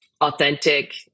authentic